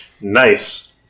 Nice